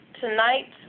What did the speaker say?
tonight